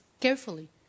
carefully